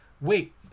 wait